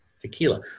tequila